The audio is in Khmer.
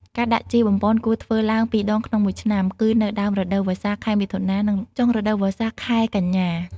ការដាក់ជីបំប៉នគួរធ្វើឡើងពីរដងក្នុងមួយឆ្នាំ គឺនៅដើមរដូវវស្សា (ខែមិថុនា) និងចុងរដូវវស្សា (ខែកញ្ញា)។